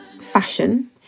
fashion